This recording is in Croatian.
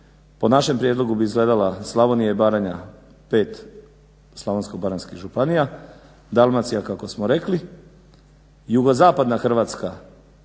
po našem prijedlogu bi izgledala Slavonija i Baranja 5 slavonsko-baranjskih županija, Dalmacija kako smo rekli, jugozapadna Hrvatska